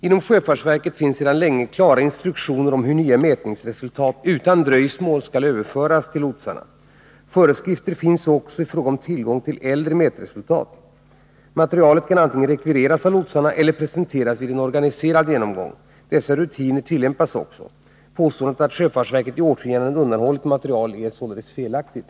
Inom sjöfartsverket finns sedan länge klara instruktioner om hur nya mätningsresultat utan dröjsmål skall överföras till lotsarna. Föreskrifter finns också i fråga om tillgång till äldre mätresultat. Materialet kan antingen rekvireras av lotsarna eller presenteras vid en organiserad genomgång. Dessa rutiner tillämpas också. Påståendet att sjöfartsverket i årtionden undanhållit material är således felaktigt.